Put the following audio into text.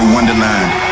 Wonderland